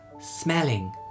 smelling